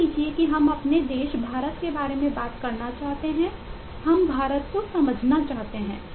मान लीजिए कि हम अपने देश भारत के बारे में बात करना चाहते हैं हम भारत को समझना चाहते हैं